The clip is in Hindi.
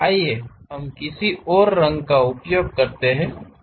आइए हम किसी और रंग का उपयोग करें